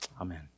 Amen